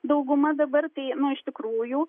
dauguma dabar tai nu iš tikrųjų